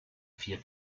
vier